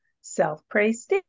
self-praise